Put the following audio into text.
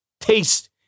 taste